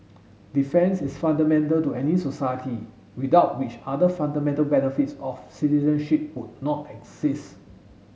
defence is fundamental to any society without which other fundamental benefits of citizenship would not exist